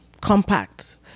compact